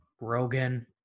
Rogan